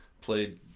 played